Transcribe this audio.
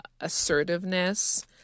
assertiveness